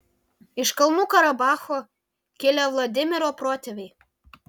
iš kalnų karabacho kilę vladimiro protėviai